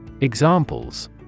Examples